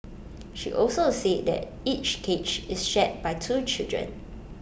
she also said that each cage is shared by two children